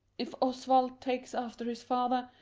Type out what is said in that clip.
if oswald takes after his father,